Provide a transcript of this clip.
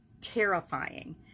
terrifying